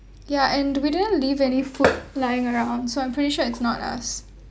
ya and we didn't leave any food lying around so I'm pretty sure it's not us